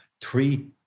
Three